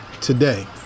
today